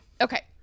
Okay